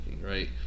right